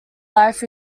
life